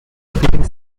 filling